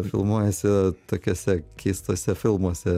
filmuojasi tokiuose keistuose filmuose